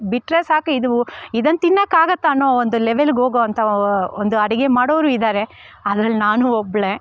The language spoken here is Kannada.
ಬಿಟ್ರೆ ಸಾಕು ಇದು ಇದನ್ನು ತಿನ್ನೋಕ್ಕಾಗುತ್ತ ಅನ್ನೋ ಒಂದು ಲೆವೆಲ್ಲಗೋಗೋವಂಥ ಒಂದು ಅಡುಗೆ ಮಾಡೋವ್ರು ಇದ್ದಾರೆ ಅದ್ರಲ್ಲಿ ನಾನೂ ಒಬ್ಳೆ